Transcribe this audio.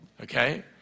okay